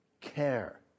care